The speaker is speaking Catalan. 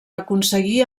aconseguir